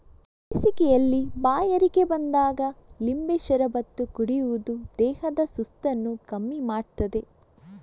ಬೇಸಿಗೆಯಲ್ಲಿ ಬಾಯಾರಿಕೆ ಬಂದಾಗ ಲಿಂಬೆ ಶರಬತ್ತು ಕುಡಿಯುದು ದೇಹದ ಸುಸ್ತನ್ನ ಕಮ್ಮಿ ಮಾಡ್ತದೆ